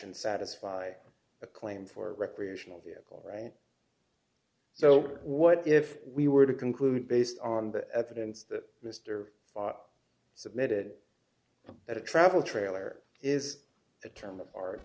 and satisfy a claim for recreational vehicle right so what if we were to conclude based on the evidence that mr bott submitted at a travel trailer is a term of ar